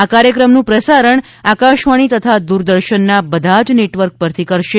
આ કાર્યક્રમનું પ્રસારણ આકાશવાણી તથા દૂરદર્શનના બધા જ નેટવર્ક પરથી કરશે